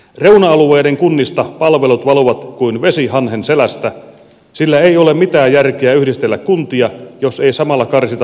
reuna alueiden kunnista palvelut valuvat kuin vesi hanhen selästä sillä ei ole mitään järkeä yhdistellä kuntia jos ei samalla karsita päällekkäisiä palveluja